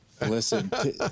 Listen